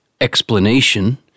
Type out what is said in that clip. explanation